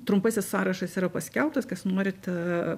trumpasis sąrašas yra paskelbtas kas norit aa